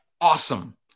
awesome